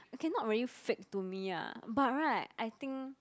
okay not really fake to me ah but right I think